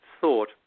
thought